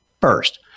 first